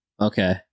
Okay